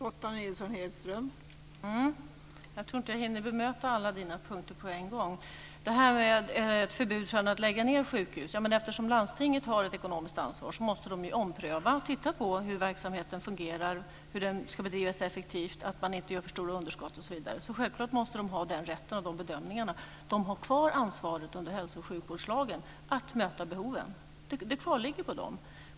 Fru talman! Jag tror inte att jag hinner bemöta alla punkter på en gång. Om det här med ett förbud mot att lägga ned sjukhus vill jag säga att eftersom landstinget har ett ekonomiskt ansvar måste de ju ompröva och titta på hur verksamheten fungerar, hur den ska bedrivas effektivt, att man inte har för stora underskott osv. Självklart måste de ha den rätten och kunna göra de bedömningarna. De har kvar ansvaret under hälso och sjukvårdslagen att möta behoven. Det kvarligger på dem.